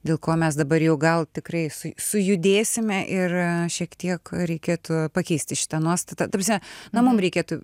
dėl ko mes dabar jau gal tikrai sujudėsime ir šiek tiek reikėtų pakeisti šitą nuostatą tą prasme na mum reikėtų